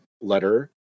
letter